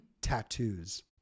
Tattoos